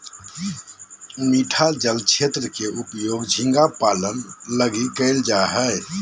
मीठा जल क्षेत्र के उपयोग झींगा पालन लगी कइल जा हइ